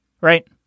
right